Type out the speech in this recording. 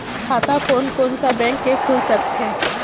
खाता कोन कोन सा बैंक के खुल सकथे?